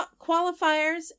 qualifiers